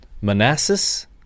Manassas